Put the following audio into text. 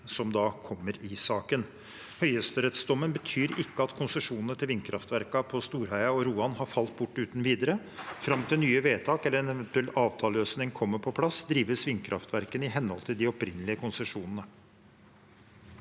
som da kommer i saken. Høyesterettsdommen betyr ikke at konsesjonene til vindkraftverkene på Storheia og Roan uten videre har falt bort. Fram til nye vedtak eller en eventuell avtaleløsning kommer på plass, drives vindkraftverkene i henhold til de opprinnelige konsesjonene.